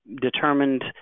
determined